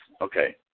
Okay